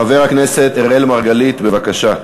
חבר הכנסת אראל מרגלית, בבקשה.